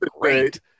great